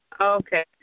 Okay